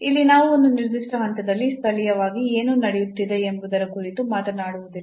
ಇಲ್ಲಿ ನಾವು ಒಂದು ನಿರ್ದಿಷ್ಟ ಹಂತದಲ್ಲಿ ಸ್ಥಳೀಯವಾಗಿ ಏನು ನಡೆಯುತ್ತಿದೆ ಎಂಬುದರ ಕುರಿತು ಮಾತನಾಡುವುದಿಲ್ಲ